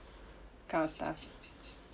kind of stuff